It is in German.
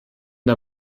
der